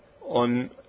on